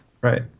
right